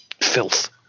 filth